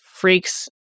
freaks